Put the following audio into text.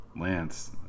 Lance